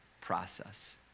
process